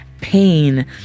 pain